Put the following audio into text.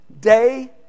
day